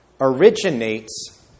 originates